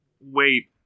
wait